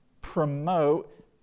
promote